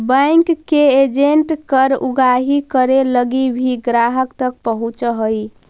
bank के agent कर उगाही करे लगी भी ग्राहक तक पहुंचऽ हइ